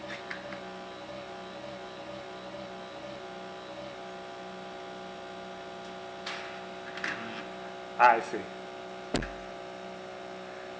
ah I see